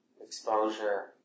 exposure